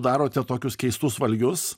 darote tokius keistus valgius